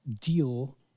deal